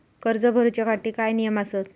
कर्ज भरूच्या साठी काय नियम आसत?